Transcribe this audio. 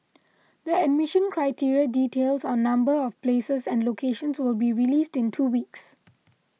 the admission criteria details on number of places and locations will be released in two weeks